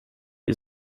ihr